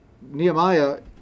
Nehemiah